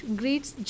greets